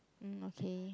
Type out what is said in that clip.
mm okay